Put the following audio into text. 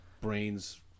brain's